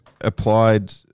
applied